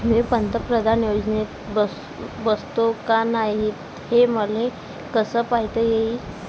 मी पंतप्रधान योजनेत बसतो का नाय, हे मले कस पायता येईन?